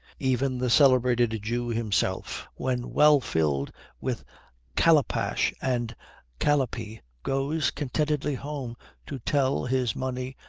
even the celebrated jew himself, when well filled with calipash and calipee, goes contentedly home to tell his money,